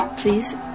please